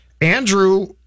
Andrew